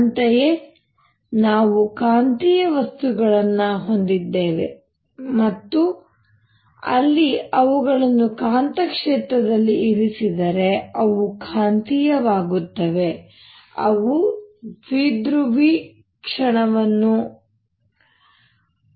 ಅಂತೆಯೇ ನಾವು ಕಾಂತೀಯ ವಸ್ತುಗಳನ್ನು ಹೊಂದಿದ್ದೇವೆ ಅಲ್ಲಿ ಅವುಗಳನ್ನು ಕಾಂತಕ್ಷೇತ್ರದಲ್ಲಿ ಇರಿಸಿದರೆ ಅವು ಕಾಂತೀಯವಾಗುತ್ತವೆ ಅವು ದ್ವಿಧ್ರುವಿ ಕ್ಷಣವನ್ನು ಅಭಿವೃದ್ಧಿಪಡಿಸುತ್ತವೆ